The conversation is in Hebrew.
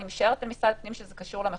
אני משערת שבמשרד הפנים זה קשור למחוזות.